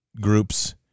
Groups